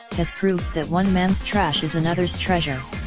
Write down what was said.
has proved that one mans trash is anothers treasure.